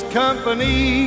company